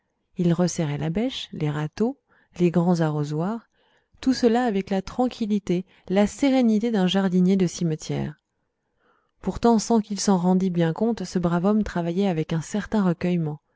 il resserrait la bêche les râteaux les grands arrosoirs tout cela avec la tranquillité la sérénité d'un jardinier de cimetière pourtant sans qu'il s'en rendît bien compte ce brave homme travaillait avec un certain recueillement